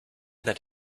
that